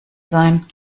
sein